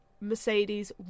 Mercedes